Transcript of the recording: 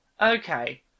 Okay